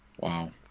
wow